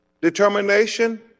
determination